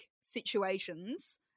situations